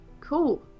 Cool